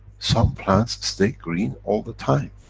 some plants stay green all the time?